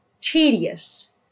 tedious